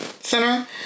center